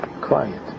quiet